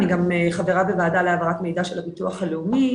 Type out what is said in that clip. אני גם חברה בוועדה להעברת מידע של הביטוח הלאומי,